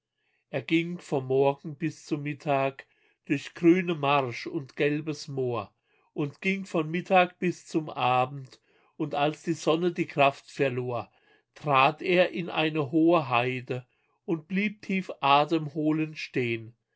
er ging vom morgen bis zum mittag durch grüne marsch und gelbes moor und ging von mittag bis zum abend und als die sonne die kraft verlor trat er in eine hohe heide und blieb tief atemholend steh'n